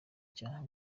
cya